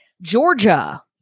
Georgia